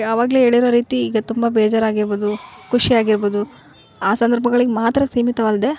ಅವಾಗ್ಲೇ ಹೇಳಿರೋ ರೀತಿ ಈಗ ತುಂಬ ಬೇಜಾರಾಗಿರ್ಬಹುದು ಖುಷಿಯಾಗಿರ್ಬಹುದು ಆ ಸಂದರ್ಭಗಳಿಗೆ ಮಾತ್ರ ಸೀಮಿತವಲ್ಲದೇ